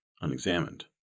unexamined